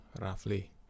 roughly